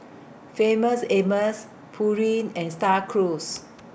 Famous Amos Pureen and STAR Cruise